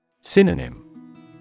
Synonym